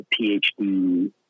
PhD